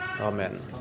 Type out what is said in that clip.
Amen